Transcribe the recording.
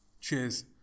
Cheers